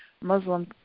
Muslim